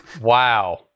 Wow